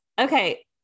okay